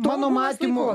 to ma matymu